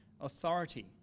authority